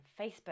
Facebook